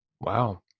Wow